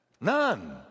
none